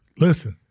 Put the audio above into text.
listen